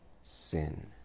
sin